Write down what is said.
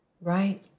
Right